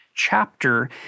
chapter